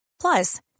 Plus